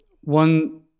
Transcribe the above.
one